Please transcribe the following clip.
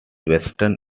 western